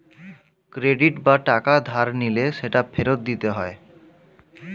credit বা টাকা ধার নিলে সেটা ফেরত দিতে হয়